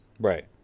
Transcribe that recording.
Right